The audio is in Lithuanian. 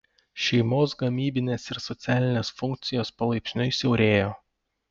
šeimos gamybinės ir socialinės funkcijos palaipsniui siaurėjo